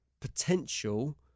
potential